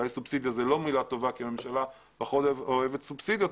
אולי סובסידיה זאת לא מילה טובה כי הממשלה פחות אוהבת סובסידיות,